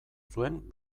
zuen